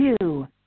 two